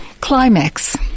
climax